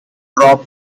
drop